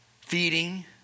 feeding